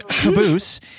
caboose